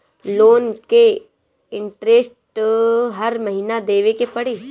Loan के interest हर महीना देवे के पड़ी?